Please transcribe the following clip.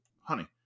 Honey